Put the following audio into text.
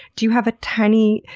do you have a tiny,